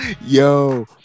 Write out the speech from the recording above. Yo